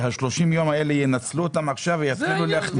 שה-30 יום האלה ינצלו אותם עכשיו ויתחילו להחתים אותם.